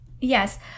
yes